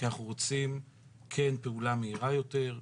כי אנחנו רוצים כן פעולה מהירה יותר,